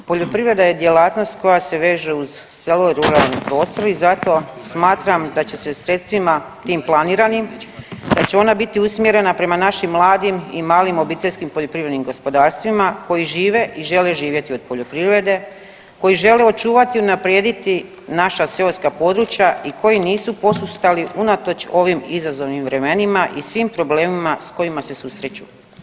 Poljoprivreda je djelatnost koja se veže uz selo i ruralni prostor i zato smatram da će se sredstvima, tim planiranim, da će oni biti usmjerena prema našim mladim i malim obiteljskim poljoprivrednim gospodarstvima, koji žive i žele živjeti od poljoprivrede, koji žele očuvati i unaprijediti naša seoska područja i koji nisu posustali unatoč ovim izazovnim vremenima i svim problemima s kojima se susreću.